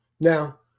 Now